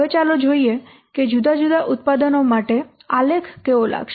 હવે ચાલો જોઈએ કે જુદા જુદા ઉત્પાદનો માટે આલેખ કેવો લાગશે